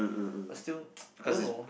but still I don't know